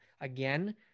again